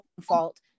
fault